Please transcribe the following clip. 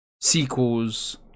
sequels